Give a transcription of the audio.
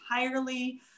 entirely